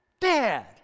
Dad